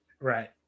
Right